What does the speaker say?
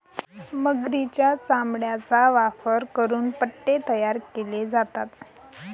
मगरीच्या चामड्याचा वापर करून पट्टे तयार केले जातात